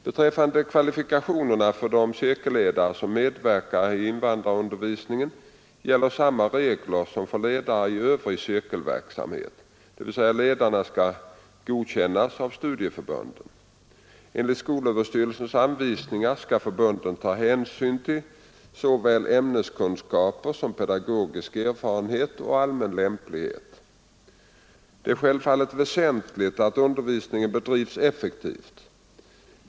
Beträffande kvalifikationerna för de cirkelledare som medverkar i invandrarundervisningen gäller samma regler som för ledare i övrig cirkelverksamhet, dvs. ledarna skall godkännas av studieförbunden. Enligt skolöverstyrelsens anvisningar skall förbunden ta hänsyn till såväl ämneskunskaper som pedagogisk erfarenhet och allmän lämplighet. Det är självfallet väsentligt att undervisningen bedrivs effektivt.